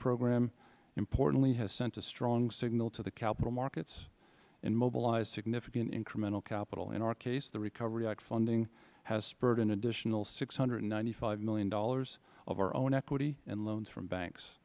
program has importantly sent a strong signal to the capital markets and mobilized significant incremental capital in our case the recovery act funding has spurred an additional six hundred and ninety five dollars million of our own equity and loans from banks